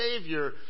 Savior